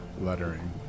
lettering